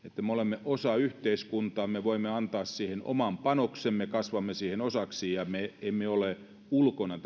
että me olemme osa yhteiskuntaa me voimme antaa siihen oman panoksemme kasvamme siihen osaksi ja me emme ole ulkona